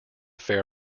fair